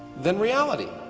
than reality